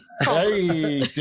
Hey